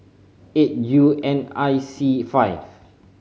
eight U N I C five